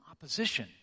opposition